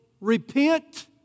repent